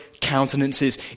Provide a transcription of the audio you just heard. countenances